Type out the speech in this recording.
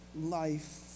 life